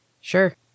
Sure